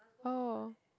oh